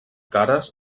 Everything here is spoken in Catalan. cares